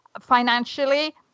financially